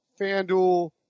FanDuel